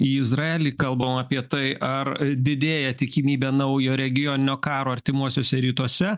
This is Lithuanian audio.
į izraelį kalbam apie tai ar didėja tikimybė naujo regioninio karo artimuosiuose rytuose